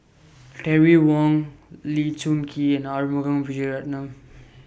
Terry Wong Lee Choon Kee and Arumugam Vijiaratnam